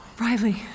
Riley